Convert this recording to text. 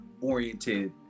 oriented